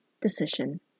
decision